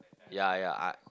ya ya I